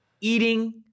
eating